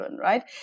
right